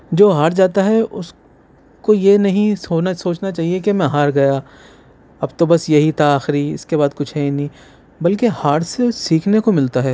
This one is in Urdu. جو ہار جاتا ہے اُس کو یہ نہیں سونا سوچنا چاہیے کہ میں ہار گیا اب تو بس یہی تھا آخری اِس کے بعد کچھ ہے ہی نہیں بلکہ ہار سے سیکھنے کو مِلتا ہے